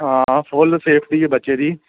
ਹਾਂ full safety ਬੱਚੇ ਦੀ